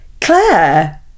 claire